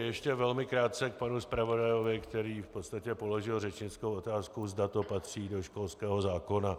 Ještě velmi krátce k panu zpravodajovi, který v podstatě položil řečnickou otázku, zda to patří do školského zákona.